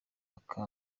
aka